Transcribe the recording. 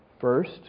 First